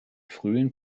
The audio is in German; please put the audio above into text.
frühen